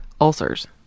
ulcers